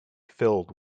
filled